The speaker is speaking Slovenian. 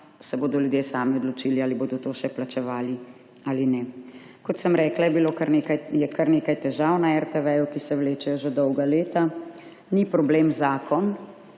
se bodo ljudje sami odločili, ali bodo to še plačevali ali ne. Kot sem rekla, je bilo kar nekaj, je kar nekaj težav na RTV, ki se vlečejo že dolga leta. Ni problem zakon,